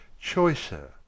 Choicer